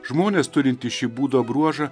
žmonės turintys šį būdo bruožą